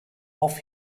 off